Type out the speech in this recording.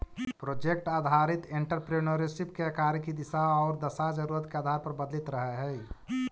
project आधारित entrepreneurship के कार्य के दिशा औउर दशा जरूरत के आधार पर बदलित रहऽ हई